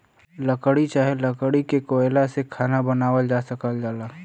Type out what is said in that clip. लकड़ी चाहे लकड़ी के कोयला से खाना बनावल जा सकल जाला